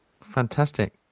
Fantastic